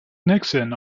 nixon